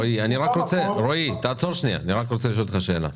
רועי, אני רוצה לשאול אותך שאלה.